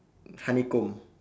honeycomb